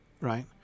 Right